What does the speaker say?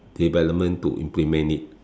development to implement it